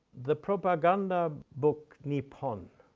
the propaganda book, nippon